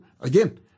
again